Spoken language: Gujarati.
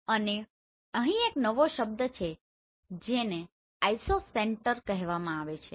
અને અહીં એક નવો શબ્દ છે જેને આઇસોસેંટર કહેવામાં આવે છે